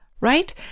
right